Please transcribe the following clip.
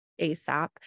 ASAP